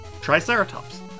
Triceratops